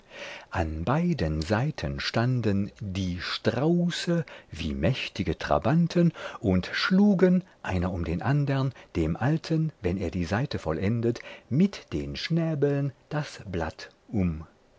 an beiden seiten standen die strauße wie mächtige trabanten und schlugen einer um den andern dem alten wenn er die seite vollendet mit den schnäbeln das blatt um